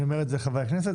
אני אומר את זה לחברי הכנסת,